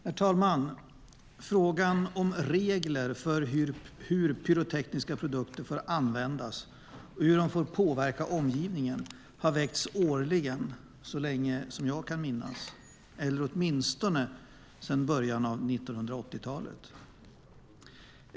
Herr talman! Frågan om regler för hur pyrotekniska produkter får användas och hur de får påverka omgivningen har väckts årligen så länge jag kan minnas, eller åtminstone sedan början av 1980-talet.